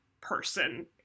person